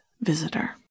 visitor